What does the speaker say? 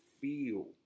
feel